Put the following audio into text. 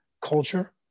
culture